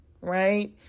right